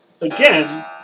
Again